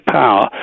power